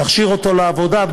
נכשיר אותו לעבודה,